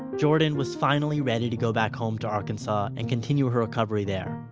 jordan was finally ready to go back home to arkansas and continue her recovery there.